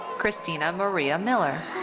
christina marie ah miller.